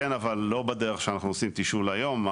אבל לא בדרך שאנחנו עושים תשאול היום.